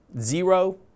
zero